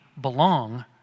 belong